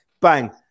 Bang